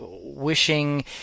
wishing